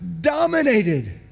dominated